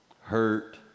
Hurt